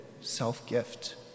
self-gift